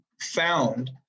found